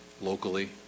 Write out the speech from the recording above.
locally